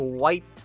white